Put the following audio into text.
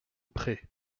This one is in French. prés